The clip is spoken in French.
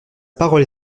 parole